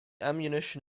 ammunition